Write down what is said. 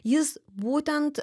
jis būtent